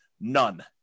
None